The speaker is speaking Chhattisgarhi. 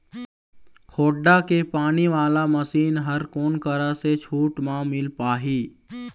होण्डा के पानी वाला मशीन हर कोन करा से छूट म मिल पाही?